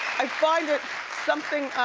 i find it something,